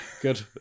Good